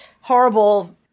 horrible